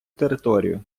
територію